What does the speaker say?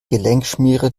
gelenkschmiere